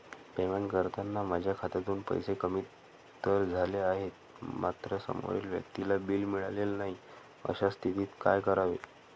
Payment करताना माझ्या खात्यातून पैसे कमी तर झाले आहेत मात्र समोरील व्यक्तीला बिल मिळालेले नाही, अशा स्थितीत काय करावे?